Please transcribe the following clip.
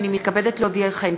הנני מתכבדת להודיעכם,